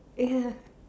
ya